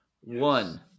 One